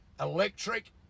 electric